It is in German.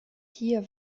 hier